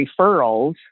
referrals